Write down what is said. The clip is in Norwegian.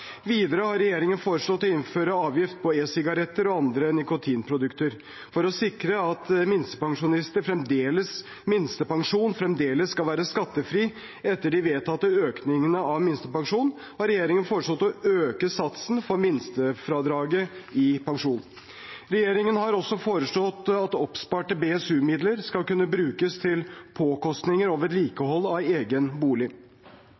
Videre har regjeringen foreslått å innføre avgift på e-sigaretter og andre nikotinprodukter. For å sikre at minstepensjonen fremdeles skal være skattefri etter de vedtatte økningene av minstepensjonen, har regjeringen foreslått å øke satsen for minstefradraget i pensjonen. Regjeringen har også foreslått at oppsparte BSU-midler skal kunne brukes til påkostninger og vedlikehold av egen bolig.